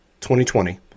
2020